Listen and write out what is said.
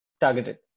targeted